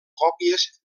còpies